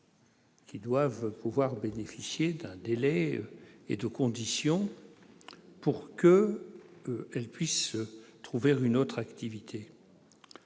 qui doivent pouvoir bénéficier d'un délai et de conditions favorables pour trouver une autre activité.